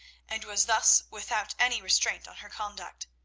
and was thus without any restraint on her conduct.